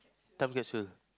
time question